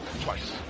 twice